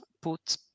put